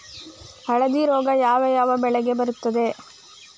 ಹಳದಿ ರೋಗ ಯಾವ ಯಾವ ಬೆಳೆಗೆ ಬರುತ್ತದೆ?